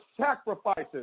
sacrifices